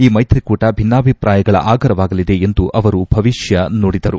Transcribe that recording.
ಈ ಮೈತ್ರಿಕೂಟ ಭಿನ್ನಾಭಿಪ್ರಾಯಗಳ ಆಗರವಾಗಲಿದೆ ಎಂದು ಅವರು ಭವಿಷ್ಠ ನುಡಿದರು